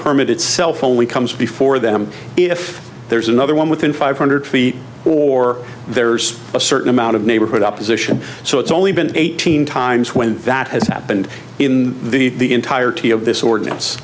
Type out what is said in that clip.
permit itself only comes before them if there's another one within five hundred feet or there's a certain amount of neighborhood opposition so it's only been eighteen times when that has happened in the entirety of this ordinance